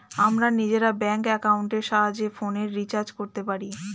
আমরা নিজেরা ব্যাঙ্ক অ্যাকাউন্টের সাহায্যে ফোনের রিচার্জ করতে পারি